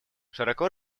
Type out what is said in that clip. широко